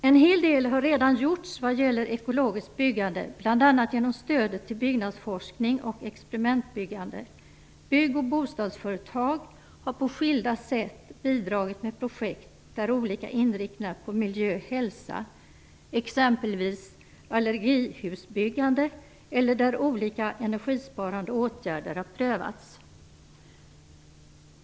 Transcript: En hel del har redan gjorts vad gäller ekologiskt byggande, bl.a. genom stödet till byggnadsforskning och experimentbyggande. Bygg och bostadsföretag har på skilda sätt bidragit med projekt där olika inriktningar på miljö/hälsa, exempelvis allergihusbyggande, och olika energisparande åtgärder har prövats.